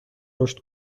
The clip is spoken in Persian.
رشد